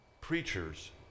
preachers